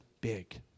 big